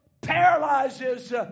Paralyzes